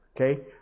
Okay